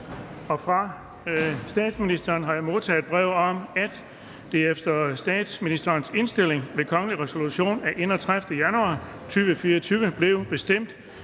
Fra statsministeren har jeg modtaget brev om, at det efter statsministerens indstilling ved kongelig resolution af 31. januar 2024 blev bestemt,